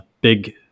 big